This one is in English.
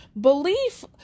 belief